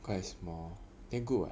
quite small then good [what]